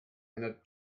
einer